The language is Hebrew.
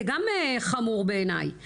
זה גם חמור בעיניי,